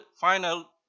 final